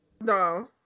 No